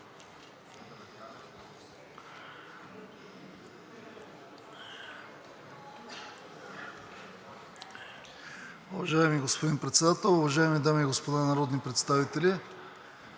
Уважаеми господин Председател, дами и господа народни представители,